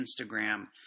Instagram